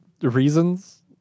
reasons